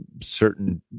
certain